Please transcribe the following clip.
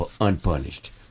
unpunished